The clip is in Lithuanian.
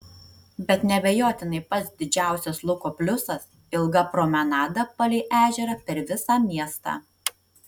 bet neabejotinai pats didžiausias luko pliusas ilga promenada palei ežerą per visą miestą